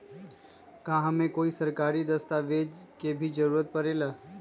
का हमे कोई सरकारी दस्तावेज के भी जरूरत परे ला?